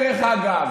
דרך אגב,